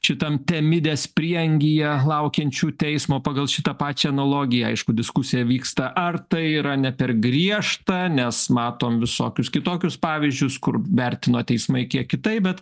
šitam temidės prieangyje laukiančių teismo pagal šitą pačią analogiją aišku diskusija vyksta ar tai yra ne per griežta nes matom visokius kitokius pavyzdžius kur vertino teismai kiek kitaip bet